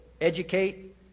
educate